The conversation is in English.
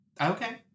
Okay